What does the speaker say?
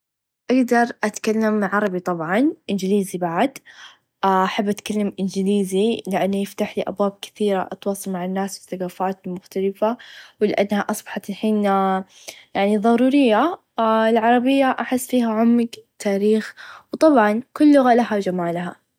أقدر أتكلم عربي طبعا إنچليزي بعد أحب أتكلم إنچليزي لإنه يفتحلي أبواب كثير أتواصل مع الناس وثقافت المختلفه و لأنها أصبحت الحين ظروريه العربيه أحس فيها عمق تاريخ و طبعا كل لغه و لها چمالها.